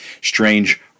Strange